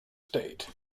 state